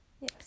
Yes